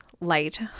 light